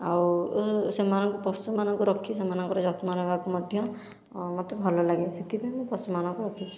ଆଉ ସେମାନଙ୍କୁ ପଶୁମାନଙ୍କୁ ରଖି ସେମାନଙ୍କର ଯତ୍ନ ନେବାକୁ ମଧ୍ୟ ମୋତେ ଭଲ ଲାଗେ ସେଥିପାଇଁ ମୁଁ ପଶୁମାନଙ୍କୁ ରଖିଛି